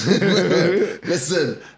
Listen